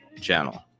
channel